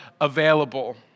available